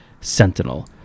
Sentinel